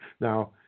now